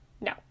No